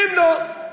ואם לא,